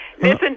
listen